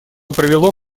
привело